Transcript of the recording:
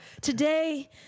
today